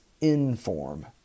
in-form